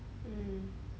mm